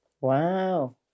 Wow